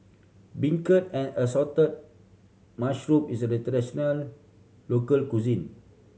beancurd and assorted mushroom is a traditional local cuisine